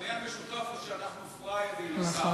המכנה המשותף הוא שאנחנו פראיירים, השר, נכון.